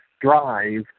drive